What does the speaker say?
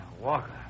Walker